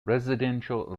residential